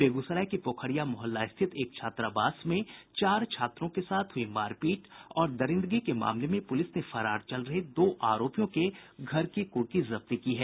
बेगूसराय के पोखरिया मोहल्ला स्थित एक छात्रावास में चार छात्रों के साथ हुई मारपीट और दरिंदगी के मामले में पुलिस ने फरार चल रहे दो आरोपियों के घर की कुर्की जब्ती की है